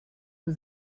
was